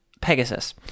Pegasus